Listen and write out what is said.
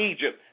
Egypt